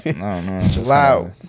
Wow